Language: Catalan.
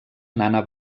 nana